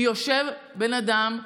כי יושב בן אדם כמוני-כמוך,